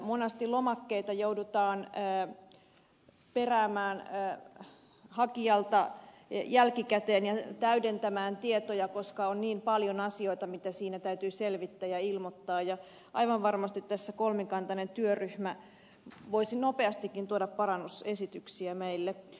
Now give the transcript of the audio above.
monesti lomakkeita joudutaan peräämään hakijalta jälkikäteen ja täydentämään tietoja koska on niin paljon asioita mitä siinä täytyy selvittää ja ilmoittaa ja aivan varmasti tässä kolmikantainen työryhmä voisi nopeastikin tuoda parannusesityksiä meille